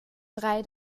drei